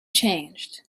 changed